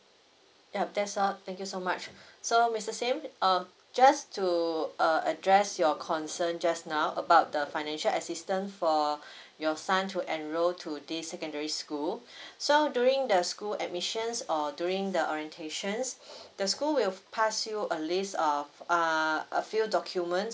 ya that's all thank you so much so mister sim err just to err address your concern just now about the financial assistance for your son to enrol to this secondary school so during the school admissions or during the orientations the school will pass you a list of err a few documents